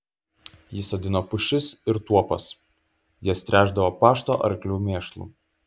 jis sodino pušis ir tuopas jas tręšdavo pašto arklių mėšlu